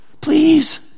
please